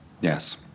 Yes